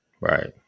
right